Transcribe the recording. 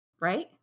Right